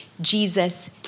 Jesus